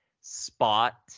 Spot